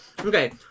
Okay